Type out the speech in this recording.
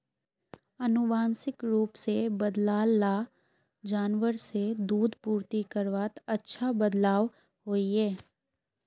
आनुवांशिक रूप से बद्लाल ला जानवर से दूध पूर्ति करवात अच्छा बदलाव होइए